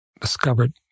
discovered